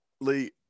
Lee